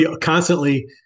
constantly